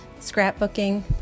scrapbooking